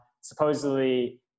supposedly